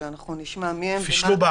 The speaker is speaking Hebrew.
אנחנו נשמע מי הם